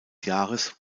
jahres